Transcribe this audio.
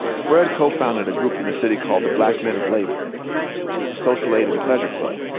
fred co-founded a group in the city called the black men of labor. a social aid and pleasure club.